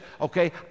okay